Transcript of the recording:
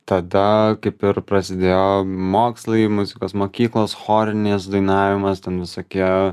tada kaip ir prasidėjo mokslai muzikos mokyklos chorinis dainavimas ten visokie